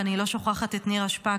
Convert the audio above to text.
ואני לא שוכחת את נירה שפק,